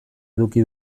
eduki